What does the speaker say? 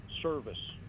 service